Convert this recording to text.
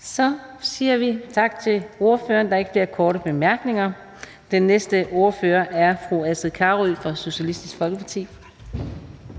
Kl. 18:41 Fjerde næstformand (Karina Adsbøl): Så siger vi tak til ordføreren. Der er ikke flere korte bemærkninger. Den næste ordfører er fru Astrid Carøe fra Socialistisk Folkeparti.